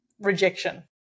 rejection